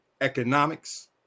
economics